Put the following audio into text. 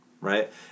right